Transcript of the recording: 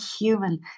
human